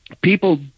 people